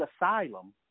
asylum